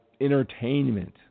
entertainment